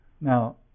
Now